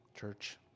church